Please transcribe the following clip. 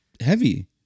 heavy